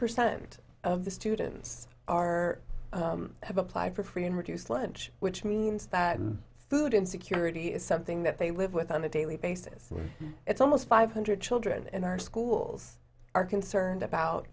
percent of the students are applied for free and reduced lunch which means that food insecurity is something that they live with on a daily basis and it's almost five hundred children in our schools are concerned about